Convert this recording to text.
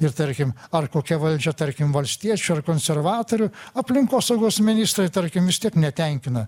ir tarkim ar kokia valdžia tarkim valstiečių ar konservatorių aplinkosaugos ministrai tarkim vis tiek netenkina